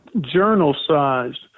journal-sized